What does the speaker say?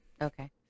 Okay